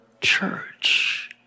church